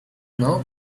know